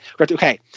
okay